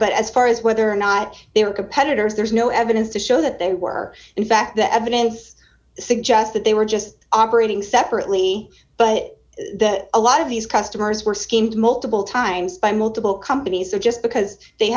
but as far as whether or not they are competitors there's no evidence to show that they were in fact the evidence suggests that they were just operating separately but that a lot of these customers were schemed multiple times by multiple companies or just because they